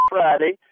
Friday